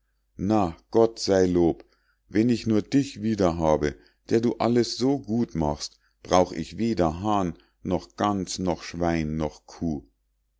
na gott sei lob wenn ich nur dich wieder habe der du alles so gut machst brauch ich weder hahn noch gans noch schwein noch kuh